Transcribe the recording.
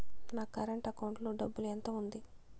నా current account లో డబ్బులు ఎంత ఉంది?